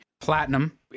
Platinum